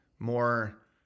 more